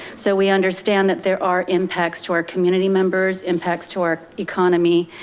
so we understand that there are impacts to our community members, impacts to our economy.